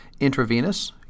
intravenous